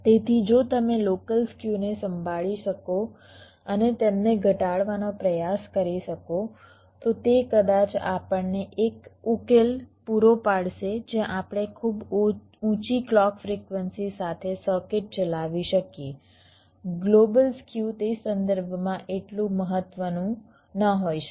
તેથી જો તમે લોકલ સ્ક્યુને સંભાળી શકો અને તેમને ઘટાડવાનો પ્રયાસ કરી શકો તો તે કદાચ આપણને એક ઉકેલ પૂરો પાડશે જ્યાં આપણે ખૂબ ઊંચી ક્લૉક ફ્રિક્વન્સી સાથે સર્કિટ ચલાવી શકીએ ગ્લોબલ સ્ક્યુ તે સંદર્ભમાં એટલું મહત્વનું ન હોઈ શકે